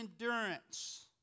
endurance